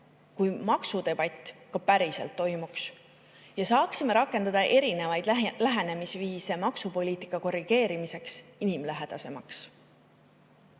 kui maksudebatt ka päriselt toimuks ja saaksime rakendada erinevaid lähenemisviise, et maksupoliitika inimlähedasemaks